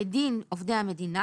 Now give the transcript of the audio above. כדין עובדי המדינה,